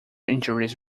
injuries